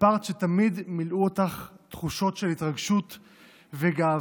סיפרת שתמיד מילאו אותך תחושות של התרגשות וגאווה,